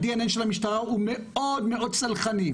ה-DNA של המשטרה הוא מאוד סלחני.